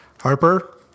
Harper